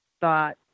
thought